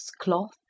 cloth